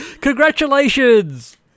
congratulations